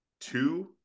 two